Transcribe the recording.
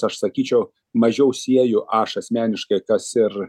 aš sakyčiau mažiau sieju aš asmeniškai kas ir